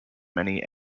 many